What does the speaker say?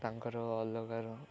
ତାଙ୍କର ଅଲଗାର